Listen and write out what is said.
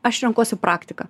aš renkuosi praktiką